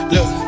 Look